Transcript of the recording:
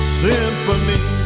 symphony